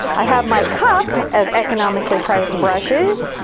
i have my cup of economically priced brushes.